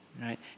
right